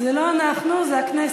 זה לא אנחנו, זה הכנסת.